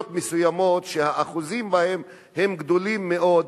מסוימות שאחוזי העוני בהן הם גדולים מאוד,